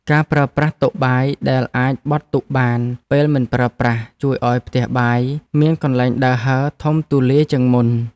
ការប្រើប្រាស់តុបាយដែលអាចបត់ទុកបានពេលមិនប្រើប្រាស់ជួយឱ្យផ្ទះបាយមានកន្លែងដើរហើរធំទូលាយជាងមុន។